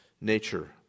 nature